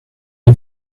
you